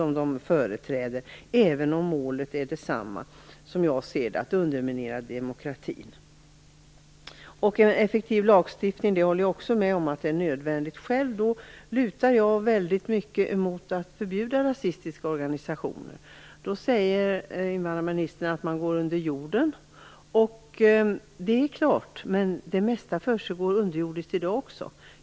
Målet är dock detsamma, att underminera demokratin. Jag håller också med om att det är nödvändigt med en effektiv lagstiftning. Själv lutar jag åt att man skall förbjuda rasistiska organisationer. Invandrarministern säger att de då går under jorden. Men det mesta försiggår underjordiskt redan i dag.